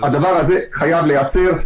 הדבר הזה חייב להיעצר.